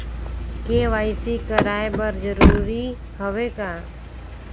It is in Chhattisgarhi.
के.वाई.सी कराय बर जरूरी हवे का?